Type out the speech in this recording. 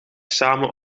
samen